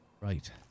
Right